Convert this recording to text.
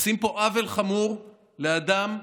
עושים פה עוול חמור לאדם שכזה.